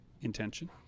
intention